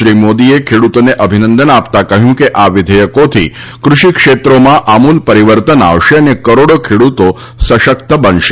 શ્રી મોદીએ ખેડતોને અભિનંદન આપતા કહયું કે આ વિઘેયકોથી કૃષિ ક્ષેત્રોમાં આમુલ પરીવર્તન આવશે અને કરોડો ખેડુતો સશકત બનશે